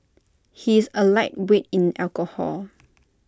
he is A lightweight in alcohol